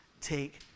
take